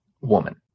woman